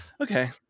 okay